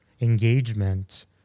engagement